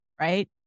Right